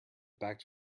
back